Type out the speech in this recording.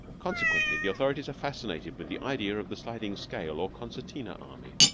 consequently, the authorities are fascinated with the idea of the sliding scale or concertina army.